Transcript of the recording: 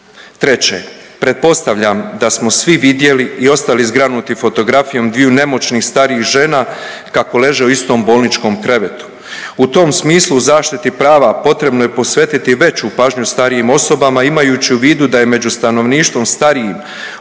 Treće, pretpostavljam da smo svi vidjeli i ostali zgranuti fotografijom dviju nemoćnih starijih žena kako leže u istom bolničkom krevetu. U tom smislu u zaštiti prava potrebno je posvetiti veću pažnju starijim osobama imajući u vidu da je među stanovništvom starijim od